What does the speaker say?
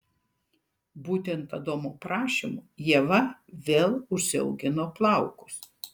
būtent adomo prašymu ieva vėl užsiaugino plaukus